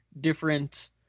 different